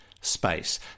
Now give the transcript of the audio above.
space